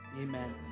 amen